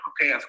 okay